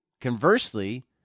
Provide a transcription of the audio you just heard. Conversely